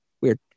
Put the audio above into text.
weird